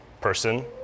person